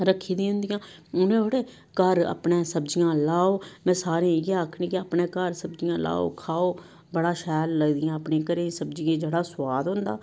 रक्खी दी होंदियां उ'नें थोह्ड़े घर अपने सब्जियां लाओ में सारें गी इयै आखनी कि अपने घर सब्जियां लाओ खाओ बड़ा शैल लगदियां अपने घरै दी सब्जियां च जेह्ड़ा सुआद होंदा